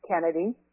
Kennedy